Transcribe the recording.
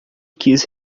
quis